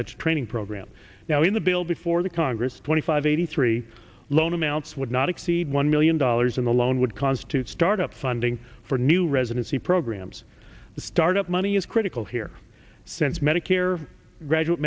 such a training program now in the bill before the congress twenty five eighty three loan amounts would not exceed one million dollars in the loan would constitute start up funding for new residency programs the start up money is critical here since medicare graduate